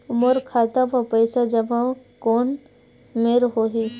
मोर खाता मा पईसा जमा कोन मेर होही?